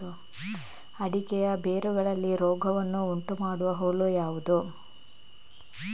ಅಡಿಕೆಯ ಬೇರುಗಳಲ್ಲಿ ರೋಗವನ್ನು ಉಂಟುಮಾಡುವ ಹುಳು ಯಾವುದು?